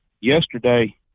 yesterday